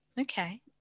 Okay